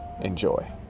Enjoy